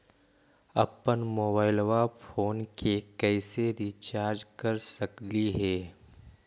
अप्पन mobile phone के कैसे रिचार्ज कर सकली हे?